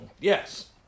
yes